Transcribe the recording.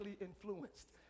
influenced